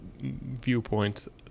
viewpoint